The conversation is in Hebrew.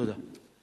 תודה.